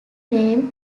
named